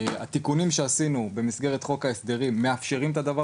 התיקונים שעשינו במסגרת חוק ההסדרים מאפשרים את הדבר